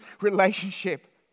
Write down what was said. relationship